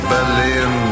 Berlin